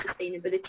sustainability